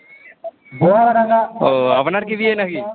ও আপনার কি বিয়ে না কি